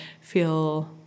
feel